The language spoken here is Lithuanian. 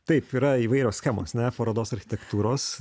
taip yra įvairios schemos ne parodos architektūros